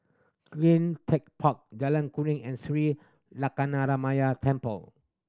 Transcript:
Clean Tech Park Jalan Kuring and Sri Temple